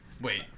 Wait